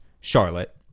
Charlotte